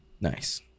Nice